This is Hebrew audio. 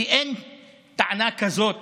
אין טענה כזאת